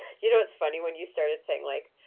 you know, it's funny when you started saying like,